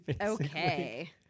okay